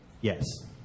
yes